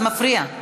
זה מפריע.